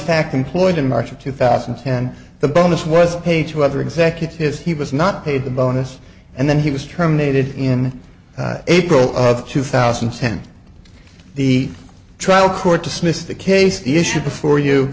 fact employed in march of two thousand and ten the bonus was paid to other executives he was not paid the bonus and then he was terminated in april of two thousand and ten the trial court dismissed the case issue before you